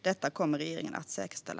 Detta kommer regeringen att säkerställa.